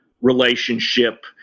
relationship